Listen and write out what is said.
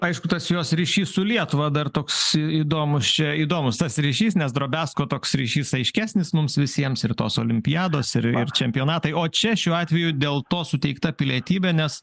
aišku tas jos ryšys su lietuva dar toks įdomus čia įdomus tas ryšys nes drobiazko toks ryšys aiškesnis mums visiems ir tos olimpiados ir ir čempionatai o čia šiuo atveju dėl to suteikta pilietybė nes